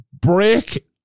break